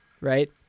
Right